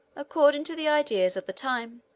according to the ideas of the time.